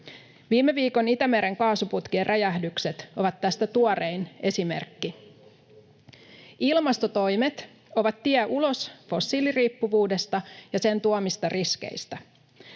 ase. Itämeren kaasuputkien räjähdykset viime viikolla ovat tästä tuorein esimerkki. Ilmastotoimet ovat tie ulos fossiiliriippuvuudesta ja sen tuomista riskeistä.